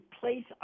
place